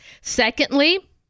Secondly